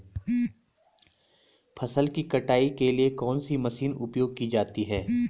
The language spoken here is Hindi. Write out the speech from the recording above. फसल की कटाई के लिए कौन सी मशीन उपयोग की जाती है?